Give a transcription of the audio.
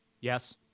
Yes